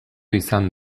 izan